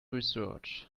research